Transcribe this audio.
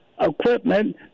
equipment